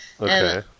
Okay